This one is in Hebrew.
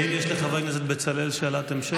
האם יש לחבר הכנסת בצלאל שאלת המשך?